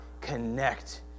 connect